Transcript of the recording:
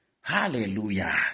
Hallelujah